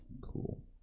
Cool